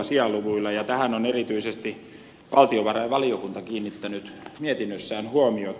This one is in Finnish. tähän on erityisesti val tiovarainvaliokunta kiinnittänyt mietinnössään huomiota